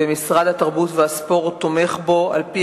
ומשרד התרבות והספורט תומך בו על-פי